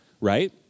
right